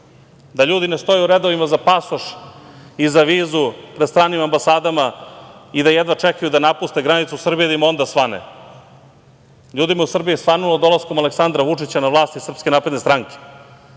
da ljudi ne stoje u redovima za pasoš, za vizu u stranim ambasadama i da jedva čekaju da napuste granicu Srbije da im onda svane. Ljudima u Srbiji je svanulo dolaskom Aleksandra Vučića na vlast i SNS. Svanulo